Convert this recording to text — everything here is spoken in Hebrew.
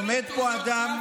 עומד פה אדם,